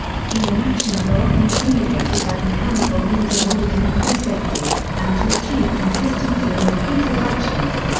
human actions are often simulated by mechanical means in order to increase safety, and to achieve consistency in repeated actions.